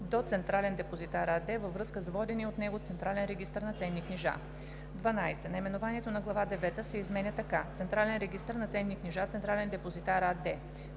до „Централен депозитар“ АД във връзка с водения от него централен регистър на ценни книжа“. 12. Наименованието на глава девета се изменя така: „Централен регистър на ценни книжа. „Централен депозитар“ АД“.